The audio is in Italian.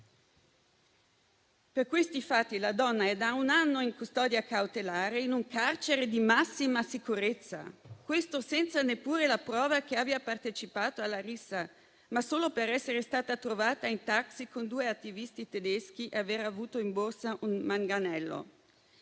Per questi fatti, la donna è da un anno in custodia cautelare in un carcere di massima sicurezza, senza neppure la prova che abbia partecipato alla rissa, ma solo per essere stata trovata in taxi con due attivisti tedeschi e aver avuto in borsa un manganello.